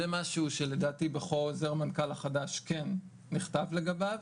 וזה משהו שלדעתי בחוזר מנכ"ל החדש כן נכתב לגביו,